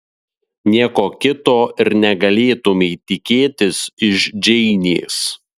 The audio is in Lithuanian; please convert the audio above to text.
nieko kito ir negalėtumei tikėtis iš džeinės